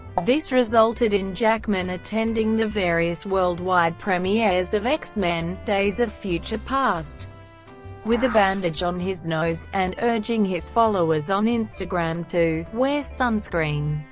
this resulted in jackman attending the various worldwide premieres of x-men days of future past with a bandage on his nose, and urging his followers on instagram to wear sunscreen.